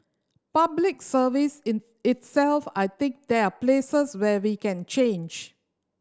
Public Service in itself I think there are places where we can change